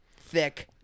thick